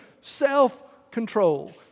self-control